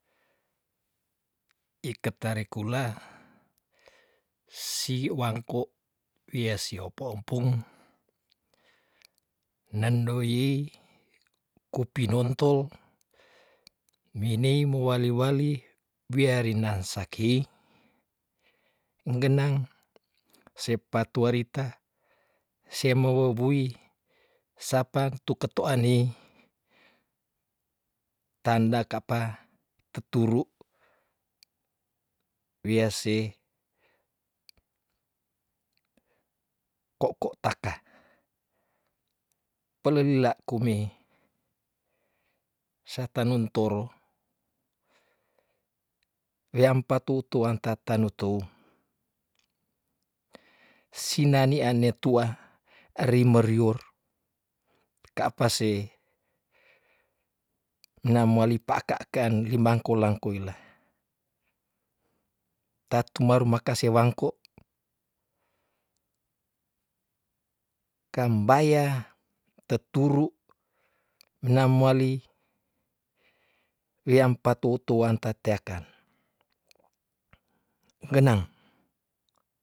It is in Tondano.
Iketare kula si wangko wia si opo empung nandoii kopinontol meinei mowaliwali biarina sakei nggenang sepatua rita semobobui sapang tu ketoaani tanda ka apa tuturu wia se ko'ko' taka pelolila kumei sapanuntoro weampatoutouan tatanu tu sinani ane tua are marior ka apa se minamoalipa kaakaakan limangkul langkuila tatumaru makase wangko kambaya teturu mina moali weampatoutouan tateakan nggenang